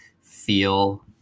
feel